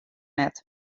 net